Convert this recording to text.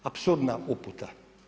Apsurdna uputa.